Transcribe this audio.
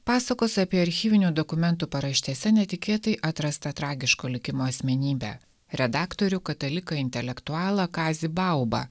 pasakos apie archyvinių dokumentų paraštėse netikėtai atrastą tragiško likimo asmenybę redaktorių kataliką intelektualą kazį baubą